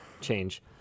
change